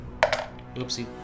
Oopsie